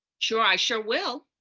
sure, i sure will.